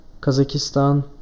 Kazakhstan